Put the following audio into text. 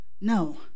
No